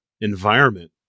environment